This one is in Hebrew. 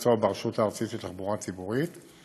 המקצוע ברשות הארצית לתחבורה ציבורית.